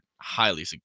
highly